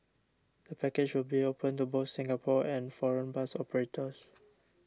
the package will be open to both Singapore and foreign bus operators